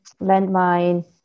landmine